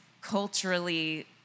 culturally